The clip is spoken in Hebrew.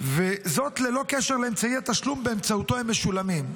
וזאת ללא קשר לאמצעי התשלום שבאמצעותו הוא משולם.